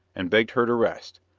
and begged her to rest,